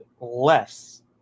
less